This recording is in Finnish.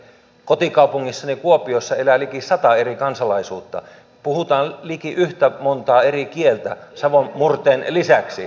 kotikaupungissani kuopiossa elää liki sata eri kansalaisuutta puhutaan liki yhtä montaa eri kieltä savon murteen lisäksi